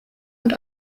und